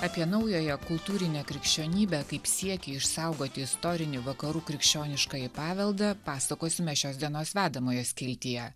apie naująją kultūrinę krikščionybę kaip siekį išsaugoti istorinį vakarų krikščioniškąjį paveldą pasakosime šios dienos vedamojo skiltyje